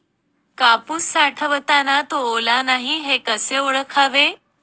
कापूस साठवताना तो ओला नाही हे कसे ओळखावे?